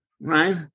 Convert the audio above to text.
right